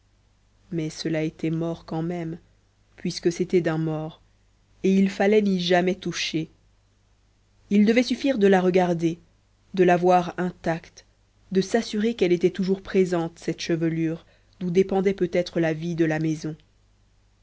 mais cela était mort quand même puisque c'était d'un mort et il fallait n'y jamais toucher il devait suffire de la regarder de la savoir intacte de s'assurer qu'elle était toujours présente cette chevelure d'où dépendait peut-être la vie de la maison